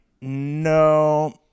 no